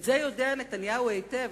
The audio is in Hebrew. את זה יודע נתניהו היטב.